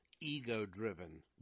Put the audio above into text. ego-driven